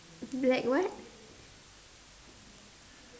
black what